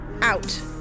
out